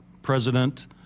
President